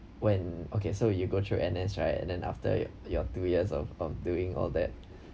when okay so you go through N_S right and then after your your two years of of doing all that